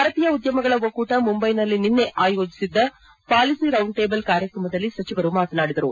ಭಾರತೀಯ ಉದ್ದಮಗಳ ಒಕ್ಕೂಟ ಮುಂಬೈನಲ್ಲಿ ನಿನ್ನೆ ಆಯೋಜಿಸಿದ್ದ ಪಾಲಿಸಿ ರೌಂಡ್ ಟೇಬಲ್ ಕಾರ್ಯಕ್ರಮದಲ್ಲಿ ಸಚಿವರು ಮಾತನಾಡಿದರು